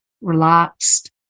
relaxed